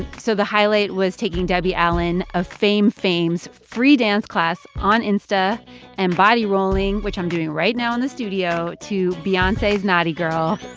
so the highlight was taking debbie allen of fame fame's free dance class on insta and body-rolling, which i'm doing right now in the studio, to beyonce's naughty girl.